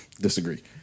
disagree